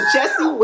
Jesse